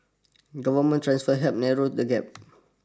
government transfers help narrow the gap